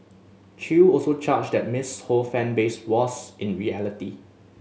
Chew also charged that Miss Ho fan base was in reality